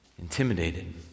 intimidated